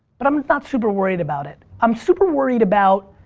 but i'm not super worried about it. i'm super worried about.